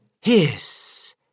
Hiss